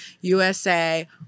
USA